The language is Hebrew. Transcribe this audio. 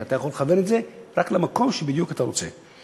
כי אתה יכול לכוון את זה רק למקום שאתה רוצה בדיוק.